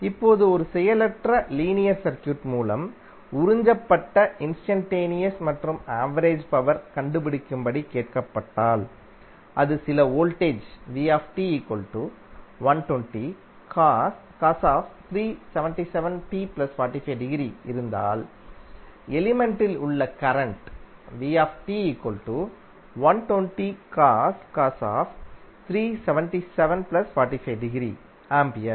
இப்போது ஒரு செயலற்ற லீனியர் சர்க்யூட் மூலம் உறிஞ்சப்பட்ட இன்ஸ்டன்டேனியஸ் மற்றும் ஆவரேஜ் பவர் கண்டுபிடிக்கும்படி கேட்கப்பட்டால் அது சில வோல்டேஜ் இருந்தால் எலிமெண்ட் ல் உள்ள கரண்ட் ஆம்பியர்